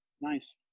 nice